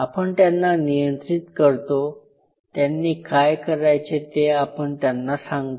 आपण त्यांना नियंत्रित करतो त्यांनी काय करायचे ते आपण त्यांना सांगतो